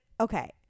Okay